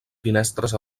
finestres